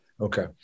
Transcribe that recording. Okay